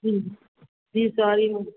ji sorry ma'am